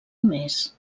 més